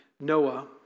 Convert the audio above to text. Noah